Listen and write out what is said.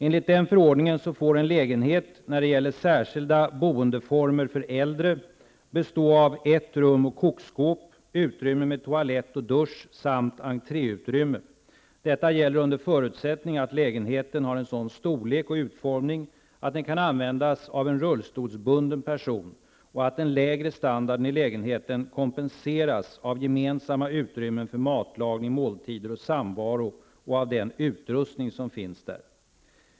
Enligt förordningen får en lägenhet, när det gäller särskilda boendeformer för äldre, bestå av ett rum och kokskåp, utrymme med toalett och dusch samt entréutrymme. Detta gäller under förutsättning att lägenheten har en sådan storlek och utformning att den kan användas av en rullstolsbunden person och att den lägre standarden i lägenheten kompenseras av gemensamma utrymmen för matlagning, måltider och samvaro samt av den utrustning som finns där.